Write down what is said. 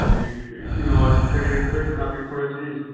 ٹھیٖک ٹھیٖک اِنواہَس تہِ چھا ریٹ سۄے کِنہٕ اَتھ گژھِ تھوڑا چینج کیٚنہہ